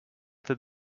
that